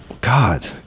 God